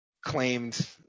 claimed